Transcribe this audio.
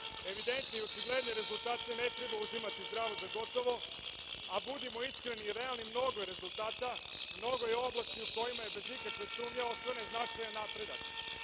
Evidentne i očigledne rezultate ne treba uzimati zdravo za gotovo, a budimo iskreni i realni, mnogo je rezultata, mnogo je oblasti u kojima je bez ikakve sumnje ostvaren značajan napredak. Jedan